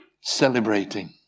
Celebrating